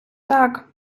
так